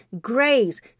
grace